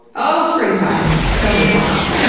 oh, springtime! so many hormones.